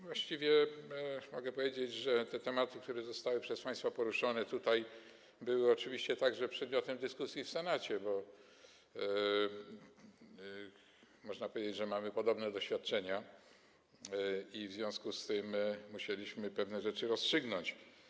Właściwie mogę powiedzieć, że te tematy, które zostały przez państwa tutaj poruszone, były oczywiście także przedmiotem dyskusji w Senacie, bo można powiedzieć, że mamy podobne doświadczenia i w związku z tym musieliśmy pewne rzeczy rozstrzygnąć.